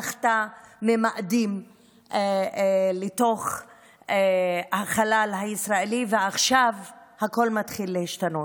לא נחתה ממאדים לתוך החלל הישראלי ועכשיו הכול מתחיל להשתנות.